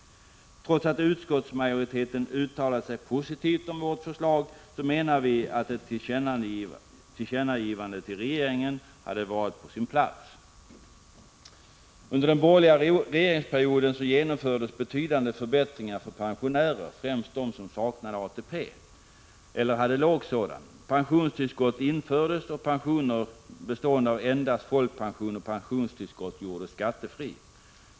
Trots att utskottsmajoriteten har uttalat sig positivt om vårt förslag menar vi att ett tillkännagivande till regeringen hade varit på sin plats. Under den borgerliga regeringsperioden genomfördes betydande förbättringar för pensionärer, främst för dem som saknade ATP eller hade låg sådan. Pensionstillskott infördes, och pensioner bestående av endast folkpension och pensionstillskott gjordes skattefria.